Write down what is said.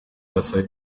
arasaba